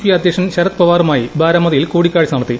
P അധ്യക്ഷൻ ശരത് പവാറുമായി ബരാമതിയിൽ കൂടിക്കാഴ്ച നടത്തി